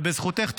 ובזכותך,